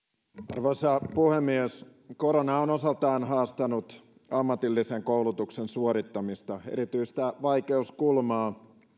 arvoisa puhemies korona on osaltaan haastanut ammatillisen koulutuksen suorittamista erityistä vaikeuskulmaa